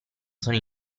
sono